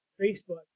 Facebook